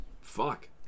Fuck